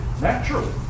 naturally